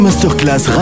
Masterclass